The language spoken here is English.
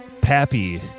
Pappy